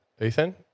Ethan